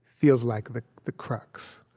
feels like the the crux.